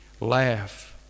laugh